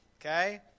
Okay